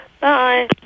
Bye